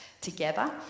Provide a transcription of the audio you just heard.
together